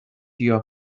your